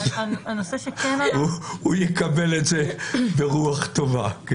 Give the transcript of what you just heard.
הוא יקבל את זה ברוח טובה.